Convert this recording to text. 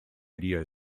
video